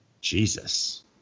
Jesus